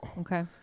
Okay